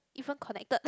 even connected